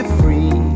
free